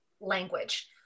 language